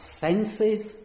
senses